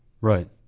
Right